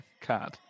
card